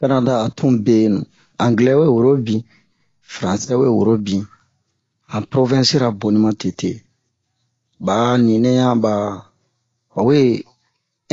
Kanada a tun benu anglɛ we woro bin fransɛ we woro bin han provɛnsira boni ma tete ba'a ni nɛ yan ba bawe